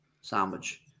sandwich